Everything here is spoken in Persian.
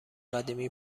قدیمی